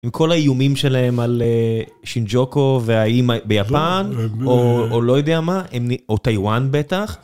עם כל האיומים שלהם על שינג'וקו, והאם ביפן, או לא יודע מה, או טיואן בטח.